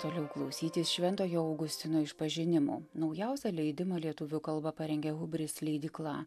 toliau klausytis šventojo augustino išpažinimų naujausią leidimą lietuvių kalba parengė hubris leidykla